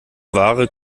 ware